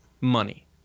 money